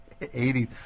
80s